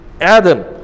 Adam